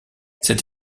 cette